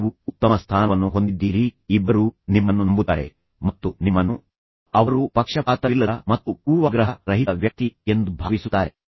ನೀವು ಈಗಾಗಲೇ ಉತ್ತಮ ಸ್ಥಾನವನ್ನು ಹೊಂದಿದ್ದೀರಿ ಆದ್ದರಿಂದ ಇಬ್ಬರೂ ನಿಮ್ಮನ್ನು ನಂಬುತ್ತಾರೆ ಮತ್ತು ಅವರು ನಿಮ್ಮನ್ನು ಅವರು ಪಕ್ಷಪಾತವಿಲ್ಲದ ಮತ್ತು ಪೂರ್ವಾಗ್ರಹ ರಹಿತ ವ್ಯಕ್ತಿ ಎಂದು ಭಾವಿಸುತ್ತಾರೆ